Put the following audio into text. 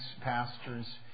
pastors